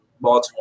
Baltimore